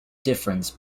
difference